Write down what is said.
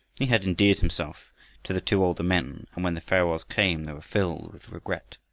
he had endeared himself to the two older men, and when the farewells came they were filled with regret.